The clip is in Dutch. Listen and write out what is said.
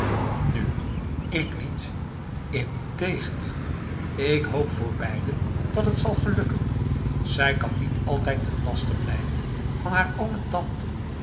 nu ik niet integendeel ik hoop voor beiden dat het zal gelukken zij kan niet altijd ten laste blijven van haar oom en tante